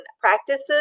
practices